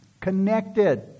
connected